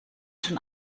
schon